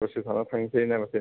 दसे थाना थांनोसै ना माथो